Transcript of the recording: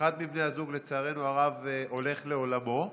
אחד מבני הזוג, לצערנו הרב, הולך לעולמו,